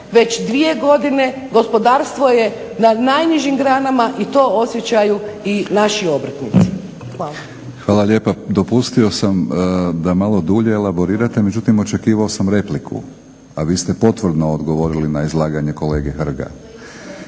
već 2 godine gospodarstvo je na najnižim granama i to osjećaju i naši obrtnici. Hvala. **Batinić, Milorad (HNS)** Hvala lijepa. Dopustio sam da malo dulje elaborirate, međutim, očekivao sam repliku, a vi ste potvrdno odgovorili na izlaganje kolege Hrga.